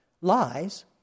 lies